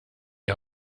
die